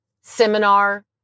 seminar